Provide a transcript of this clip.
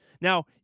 Now